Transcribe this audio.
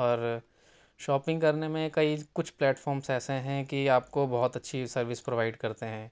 اور شاپنگ کرنے میں کئی کچھ پلیٹفارمس ایسے ہیں کہ آپ کو بہت اچھی سروس پرووائیڈ کرتے ہیں